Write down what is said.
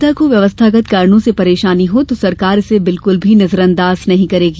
जनता को व्यवस्थागत कारणों से परेशानी हो तो सरकार इसे बिल्कुल भी नजर अंदाज नहीं करेगी